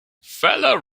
feller